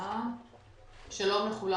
שלום לכולם,